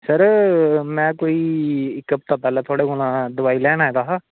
sir में कोई इक हफ्ता पैह्ले तुआढ़े कोला पैह्लें दोआई लैन आए दा हा